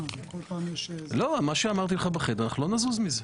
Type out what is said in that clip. מה שאמרתי לך בחדר, אנחנו לא נזוז מזה.